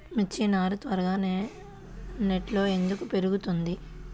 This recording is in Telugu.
మిర్చి నారు త్వరగా నెట్లో ఎందుకు పెరుగుతుంది?